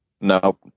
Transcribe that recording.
no